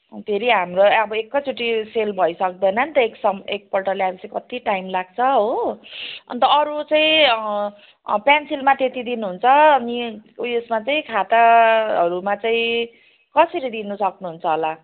धेरै हाम्रो अब एकैचोटी सेल भइसक्दैन नि त एक सम एकपल्ट ल्याएपछि कति टाइम लाग्छ हो अनि त अरू चाहिँ पेन्सिलमा त्यति दिनुहुन्छ अनि ऊ यसमा चाहिँ खाताहरूमा चाहिँ कसरी दिनु सक्नुहुन्छ होला